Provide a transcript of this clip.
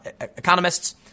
economists